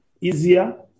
easier